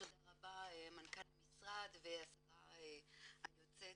תודה רבה מנכ"ל המשרד והשרה היוצאת,